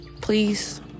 Please